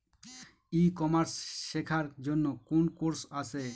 ই commerce শেক্ষার জন্য কোন কোর্স আছে?